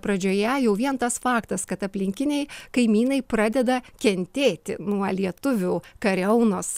pradžioje jau vien tas faktas kad aplinkiniai kaimynai pradeda kentėti nuo lietuvių kariaunos